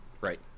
Right